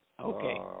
Okay